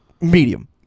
medium